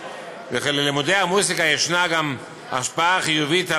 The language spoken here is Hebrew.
וללימודי המוזיקה יש גם השפעה חיובית על